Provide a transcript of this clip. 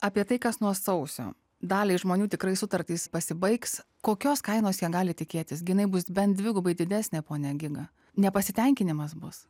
apie tai kas nuo sausio daliai žmonių tikrai sutartys pasibaigs kokios kainos jie gali tikėtis gi jinai bus bent dvigubai didesnė pone giga nepasitenkinimas bus